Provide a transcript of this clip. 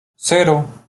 cero